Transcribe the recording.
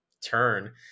turn